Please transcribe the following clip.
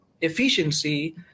efficiency